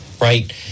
right